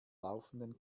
laufenden